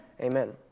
Amen